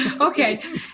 Okay